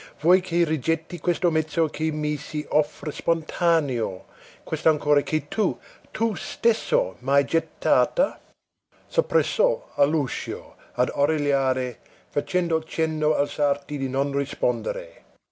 vuoi che rigetti questo mezzo che mi si offre spontaneo quest'ancora che tu tu stesso m'hai gettata s'appressò all'uscio ad origliare facendo cenno al sarti di non rispondere